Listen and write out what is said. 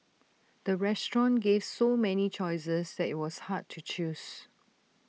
the restaurant gave so many choices that IT was hard to choose